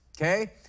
okay